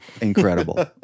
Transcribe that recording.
incredible